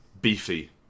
Beefy